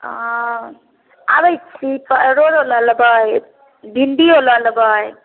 हॅं आबै छी तऽ बोड़ो लेबै भिण्डिओ लऽ लेबै